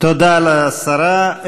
תודה לשרה.